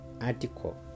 Article